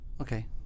Okay